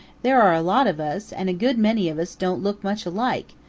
there are a lot of us and a good many of us don't look much alike,